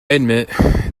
admit